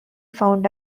found